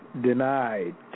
denied